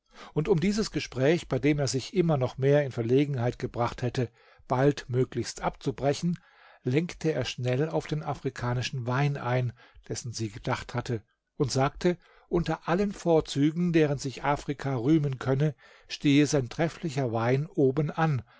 und um dieses gespräch bei dem er sich immer noch mehr in verlegenheit gebracht hätte baldmöglichst abzubrechen lenkte er schnell auf den afrikanischen wein ein dessen sie gedacht hatte und sagte unter allen vorzügen deren sich afrika rühmen könne stehe sein trefflicher wein oben an